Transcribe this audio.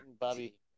Bobby